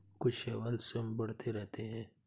कुछ शैवाल स्वयं बढ़ते रहते हैं